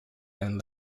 and